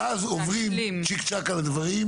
שאז עוברים צ'יק צ'ק על הדברים.